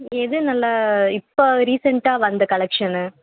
எது நல்லா இப்போது ரீசென்ட்டாக வந்த கலெக்ஷனு